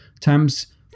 times